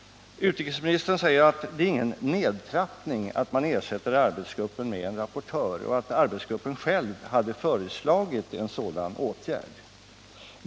Utrikesministern säger att det inte är någon nedtrappning att ersätta arbetsgruppen med en rapportör och att arbetsgruppen själv hade föreslagit en sådan åtgärd.